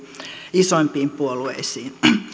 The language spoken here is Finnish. isoimpiin puolueisiin